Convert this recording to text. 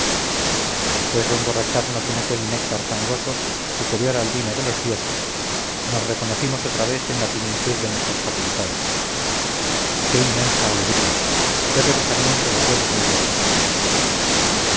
después de emborracharnos en aquel néctar fangoso superior al vino de los dioses nos reconocimos otra vez en la plenitud de nuestras facultades qué inmensa alegría qué rebosamiento de fuerza y de orgullo